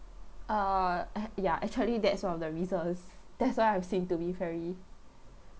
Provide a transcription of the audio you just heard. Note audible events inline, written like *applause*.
err *noise* ya actually that's one of the reasons that's why I'm seem to be very